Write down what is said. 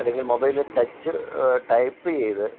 അല്ലെങ്കില് മൊബൈലില് touch type ചെയ്ത്